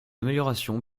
amélioration